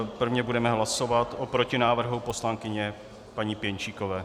Prvně budeme hlasovat o protinávrhu poslankyně paní Pěnčíkové.